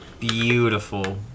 beautiful